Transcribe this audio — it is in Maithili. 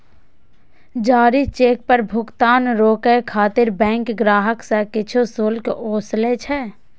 जारी चेक पर भुगतान रोकै खातिर बैंक ग्राहक सं किछु शुल्क ओसूलै छै